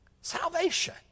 Salvation